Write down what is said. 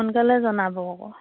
সোনকালে জনাব আকৌ